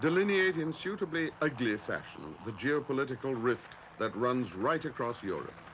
delineate in suitably ugly fashion the geopolitical rift that runs right across europe.